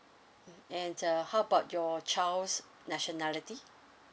and uh how about your child's nationality